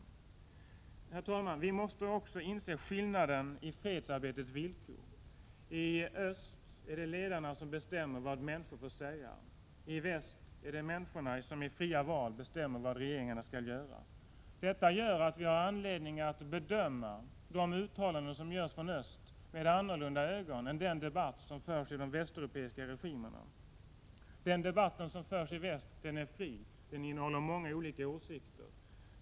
Herr talman! Vi måste också inse skillnaden i fredsarbetets villkor. I öst är det ledarna som bestämmer vad människor får säga. I väst är det människorna som i fria val bestämmer vad regeringarna skall göra. Detta gör att vi har anledning att bedöma de uttalanden som görs från öst på ett annat sätt än den debatt som förs i de västeuropeiska regimerna. Den debatt som förs i väst är fri. Den innehåller många olika åsikter.